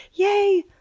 yay!